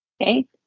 okay